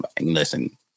listen